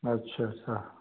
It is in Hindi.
अच्छा अच्छा